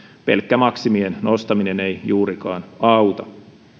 pelkkä maksimien nostaminen ei juurikaan auta